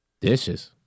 Dishes